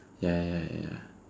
ya ya ya ya ya